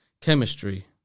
chemistry